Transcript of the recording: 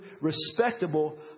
respectable